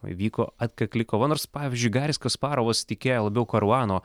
vyko atkakli kova nors pavyzdžiui garis kasparovas tikėjo labiau karuano